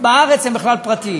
בארץ הם בכלל פרטיים,